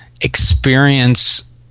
experience